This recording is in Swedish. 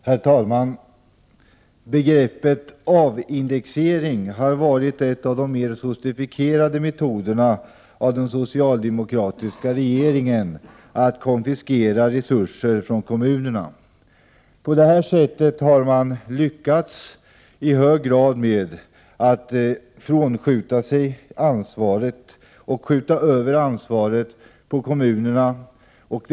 Herr talman! Avindexeringen har varit en av de mer sofistikerade metoderna från den socialdemokratiska regeringens sida för att konfiskera resurser från kommunerna. På det här sättet har man i hög grad lyckats skjuta över ansvaret på kommunerna.